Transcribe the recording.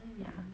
ya